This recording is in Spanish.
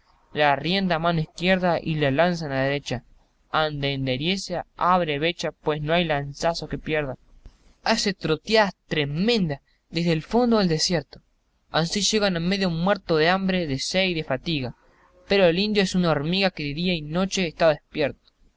la rienda en la mano izquierda y la lanza en la derecha ande enderieza abre brecha pues no hay lanzazo que pierda hace trotiadas tremendas desde el fondo del desierto ansí llega medio muerto de hambre de sé y de fatiga pero el indio es una hormiga que día y noche está despierto